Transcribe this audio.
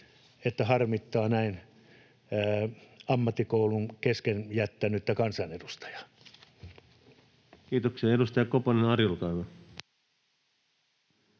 että harmittaa näin ammattikoulun kesken jättänyttä kansanedustajaa. Kiitoksia. — Ja edustaja Koponen, Ari, olkaa